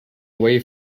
away